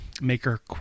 maker